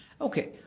Okay